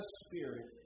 spirit